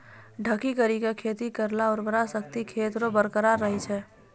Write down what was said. ढकी करी के खेती करला उर्वरा शक्ति खेत रो बरकरार रहे छै